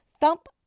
thump